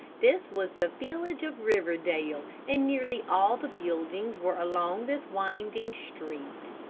this was the village of riverdale, and nearly all the buildings were along this winding street.